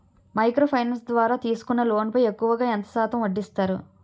Micro finance ద్వారా తీసుకునే loan పై ఎక్కువుగా ఎంత శాతం వడ్డీ వేస్తారు?